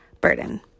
burden